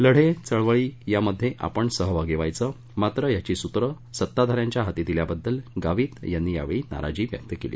लढे चळवळीमध्ये आपण सहभागी व्हायचं मात्र याची सूत्र सत्ताधा यांच्या हाती दिल्याबद्दल गावित यांनी यावेळी नाराजी व्यक्त केली